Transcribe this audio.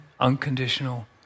unconditional